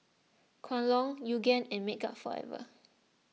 Kwan Loong Yoogane and Makeup Forever